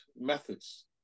methods